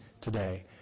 today